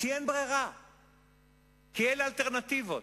כי אלה האלטרנטיבות.